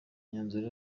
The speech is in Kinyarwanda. myanzuro